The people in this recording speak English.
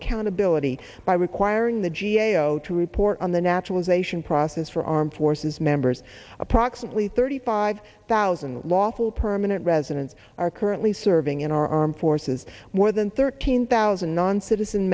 accountability by requiring the g a o to report on the naturalization process for armed forces members approximately thirty five thousand lawful permanent residents are currently serving in our armed forces more than thirteen thousand non citizen